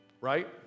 right